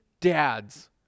dad's